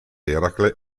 eracle